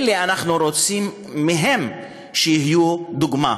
אלה, אנחנו רוצים שיהיו דוגמה.